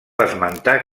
esmentar